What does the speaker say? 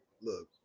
look